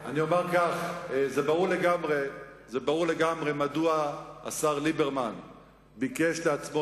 אני אומר כך: זה ברור לגמרי מדוע השר ליברמן ביקש לעצמו,